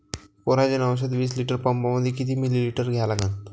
Coragen औषध विस litre पंपामंदी किती मिलीमिटर घ्या लागन?